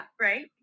Right